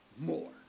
more